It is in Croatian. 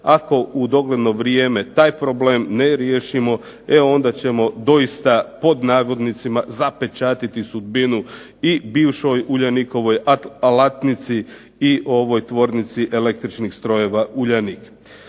ako u dogledno vrijeme taj problem ne riješimo, e onda ćemo doista, pod navodnicima "zapečatiti sudbinu" i bivšoj "Uljanikovoj" alatnici i ovoj Tvornici električnih strojeva "Uljanik".